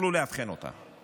יכלו לאבחן אותם בגיל צעיר.